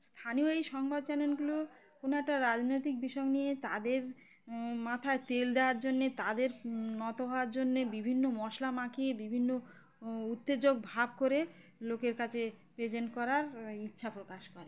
স্থানীয় এই সংবাদ চ্যানেলগুলো কোনো একটা রাজনৈতিক বিষয় নিয়ে তাদের মাথায় তেল দেওয়ার জন্যে তাদের নত হওয়ার জন্যে বিভিন্ন মশলা মাখিয়ে বিভিন্ন উত্তেজক ভাব করে লোকের কাছে প্রেজেন্ট করার ইচ্ছা প্রকাশ করে